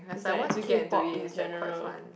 was like K-Pop in general